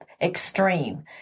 extreme